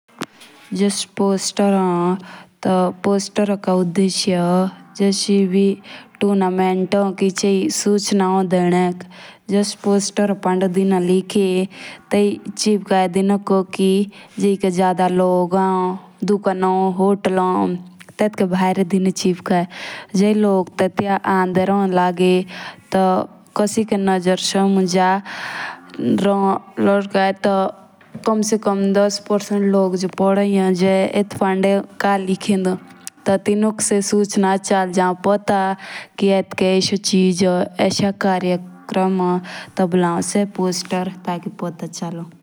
जश पोस्टर होन टा पोस्टर ए का उदेश्य होन। टोनमेंट होन किचेई ज्यूस पोस्टार पंडो डिनो लाइकी। तेयी चिपाके दिनो कोकिजेइके जादा लोग माननीय। दुकानो होटलु के भैरे धिनो चिपकाए जे लोग टेटकिया आंदे रोहन लगे।